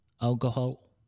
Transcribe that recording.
alcohol